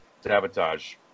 Sabotage